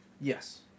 Yes